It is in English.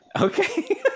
Okay